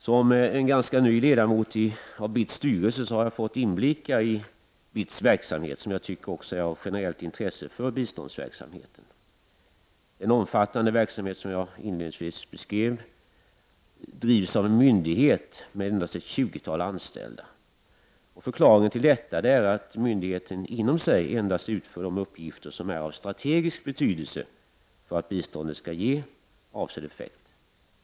Som ganska ny ledamot av BITS styrelse har jag fått inblickar i BITS verksamhet, som jag också tycker är av generellt intresse för biståndsverksamheten. Den omfattande verksamhet som jag inledningsvis beskrev drivs av en myndighet med endast ett tjugotal anställda. Förklaringen till detta är att myndigheten inom sig endast utför de uppgifter som är av strategisk betydelse för att biståndet skall ge avsedd effekt.